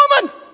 woman